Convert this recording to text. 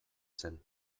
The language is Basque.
zen